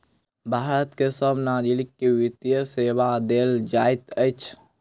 भारत के सभ नागरिक के वित्तीय सेवा देल जाइत अछि